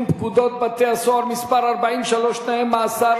פקודת בתי-הסוהר (מס' 43) (תנאי מאסר),